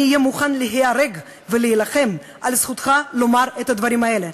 אני אהיה מוכן להיהרג ולהילחם על זכותך לומר את הדברים האלה.